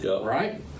right